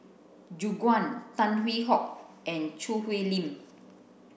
Gu Juan Tan Hwee Hock and Choo Hwee Lim